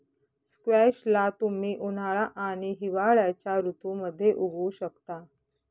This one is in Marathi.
स्क्वॅश ला तुम्ही उन्हाळा आणि हिवाळ्याच्या ऋतूमध्ये उगवु शकता